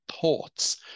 thoughts